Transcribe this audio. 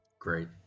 Great